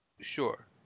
Sure